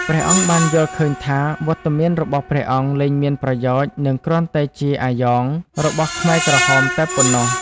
ព្រះអង្គបានយល់ឃើញថា វត្តមានរបស់ព្រះអង្គលែងមានប្រយោជន៍ និងគ្រាន់តែជា «អាយ៉ង» របស់ខ្មែរក្រហមតែប៉ុណ្ណោះ។